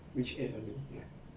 which age are you yeah